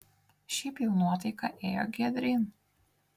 šiaip jau nuotaika ėjo giedryn